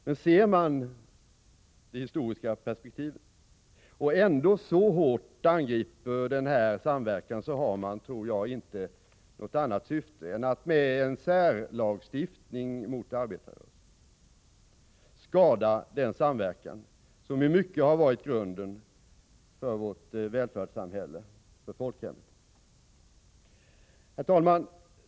Men ser man det historiska perspektivet och ändå så hårt angriper denna samverkan har man inte något annat syfte än att med en särlagstiftning mot arbetarrörelsen skada denna samverkan, som i mycket har varit grunden för vårt välfärdssamhälle, för folkhemmet. Herr talman!